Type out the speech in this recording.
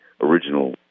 original